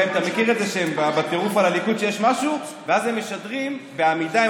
שהם בטירוף על הליכוד שיש משהו ואז הם משדרים בעמידה עם